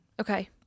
Okay